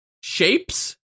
shapes